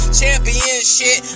championship